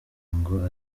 ngo